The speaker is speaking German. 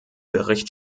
bericht